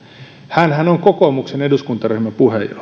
hänhän on kokoomuksen eduskuntaryhmän